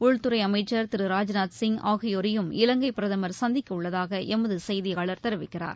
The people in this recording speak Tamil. உள்துறை அமைச்சர் திரு ராஜ்நாத் சிங் ஆகியோரையும் இவங்கை பிரதமர் சந்திக்க உள்ளதாக எமது செய்தியாளர் தெரிவிக்கிறார்